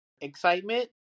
excitement